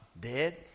dead